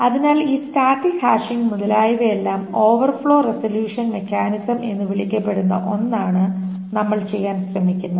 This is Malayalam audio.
അതിനാൽ ഈ സ്റ്റാറ്റിക് ഹാഷിംഗ് മുതലായവയെല്ലാം ഓവർഫ്ലോ റെസല്യൂഷൻ മെക്കാനിസം എന്ന് വിളിക്കപ്പെടുന്ന ഒന്നാണ് നമ്മൾ ചെയ്യാൻ ശ്രമിക്കുന്നത്